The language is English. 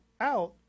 out